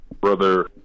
Brother